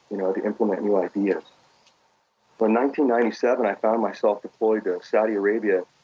you know to implement new ideas but ninety ninety seven, i found myself deployed in saudi arabia,